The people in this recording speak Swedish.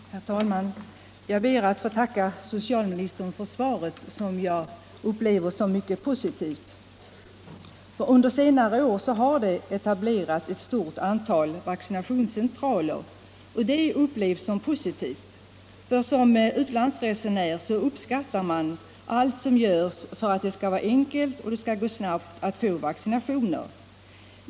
Herr talman! Jag ber att få tacka socialministern för svaret som jag uppfattar som mycket positivt. Under senare år har det etablerats ett stort antal vaccinationscentraler, och det upplevs av människorna som positivt. Som utlandsresenär uppskattar man allt som görs för att det skall gå enkelt och snabbt att få vaccinationer.